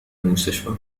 المستشفى